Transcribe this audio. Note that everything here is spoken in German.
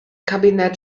kabinett